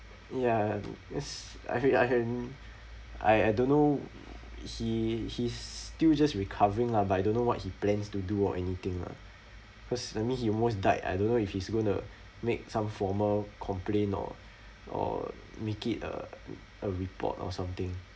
ya yes I feel I can I I don't know he he still just recovering lah but I don't know what he plans to do or anything lah because I mean he almost died I don't know if he's going to make some formal complaint or or make it a a report or something